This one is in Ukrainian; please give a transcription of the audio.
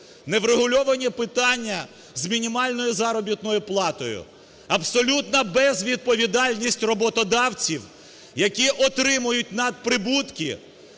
Неврегульовані питання з мінімальною заробітною платою, абсолютна безвідповідальність роботодавців, які отримують надприбутки,